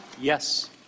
Yes